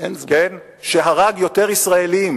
שהרג יותר ישראלים